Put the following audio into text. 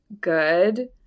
good